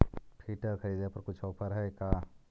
Filter खरिदे पर कुछ औफर है का?